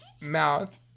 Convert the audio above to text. mouth